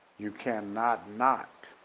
you cannot not